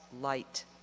light